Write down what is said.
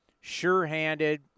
sure-handed